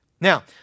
Now